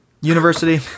University